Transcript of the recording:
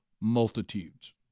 multitudes